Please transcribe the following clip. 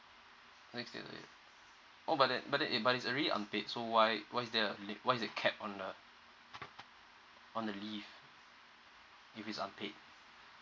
six day per year oh but then but then but it's already unpaid so why why is there a limit why is there a cap on the on the leave if it's unpaid